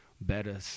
better